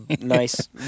nice